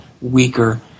weaker